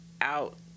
out